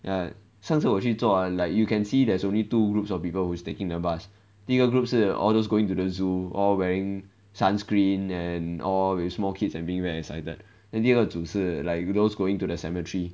ya 上次我去坐 ah like you can see there's only two groups of people who is taking the bus 第一个 group 是 all those going to the zoo all wearing sunscreen and all with small kids and being very excited then 第二组是 like those going to the cemetery